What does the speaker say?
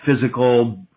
physical